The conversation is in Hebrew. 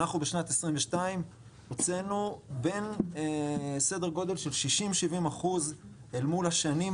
אנחנו בשנת 2022 הוצאנו בין סדר גודל של 60-70% אל מול השנים האחרונות,